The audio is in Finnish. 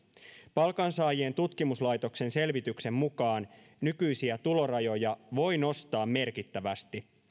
palkansaajien tutkimuslaitoksen selvityksen mukaan nykyisiä tulorajoja voi nostaa merkittävästi